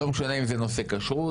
לא משנה אם זה נושא כשרות,